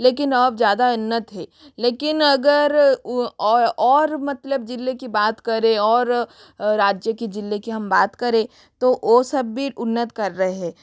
लेकिन अब ज़्यादा उन्नत है लेकिन अगर और मतलब जिले की बात करें और राज्य की जिले की हम बात करें तो वो सब भी उन्नत कर रहे है